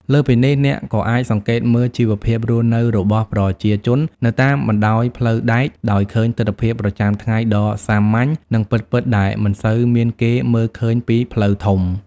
លើសពីនេះ អ្នកក៏អាចសង្កេតមើល ជីវភាពរស់នៅរបស់ប្រជាជន នៅតាមបណ្ដោយផ្លូវដែក ដោយឃើញទិដ្ឋភាពប្រចាំថ្ងៃដ៏សាមញ្ញ និងពិតៗដែលមិនសូវមានគេមើលឃើញពីផ្លូវធំ។